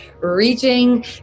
reaching